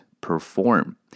perform